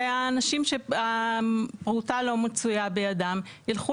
והאנשים שהפרוטה לא מצויה בידם ילכו